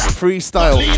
freestyle